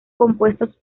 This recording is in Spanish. compuestos